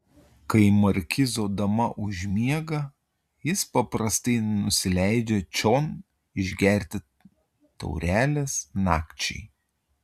kai markizo dama užmiega jis paprastai nusileidžia čion išgerti taurelės nakčiai